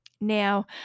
Now